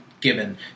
given